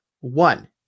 One